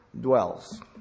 dwells